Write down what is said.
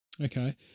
okay